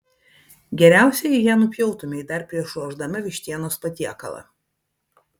geriausia jei ją nupjautumei dar prieš ruošdama vištienos patiekalą